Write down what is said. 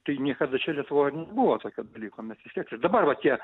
tai niekada čia lietuvoj ir nebuvo tokio dalyko mes vis tiek ir dabar va tie